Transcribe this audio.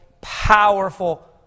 powerful